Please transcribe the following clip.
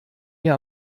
mir